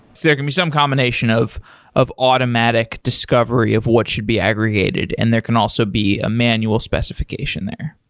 there can be some combination of of automatic discovery of what should be aggregated and there can also be a manual specification there.